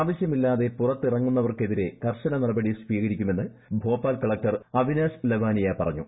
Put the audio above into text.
ആവശ്യമില്ലാതെ പുറത്തിറങ്ങുന്നവർക്കെതിരെ കർശന നടപടി സ്വീകരിക്കുമെന്ന് ഭോപ്പാൽ കളക്ടർ അവിനാശ് ലവാനിയ പറഞ്ഞു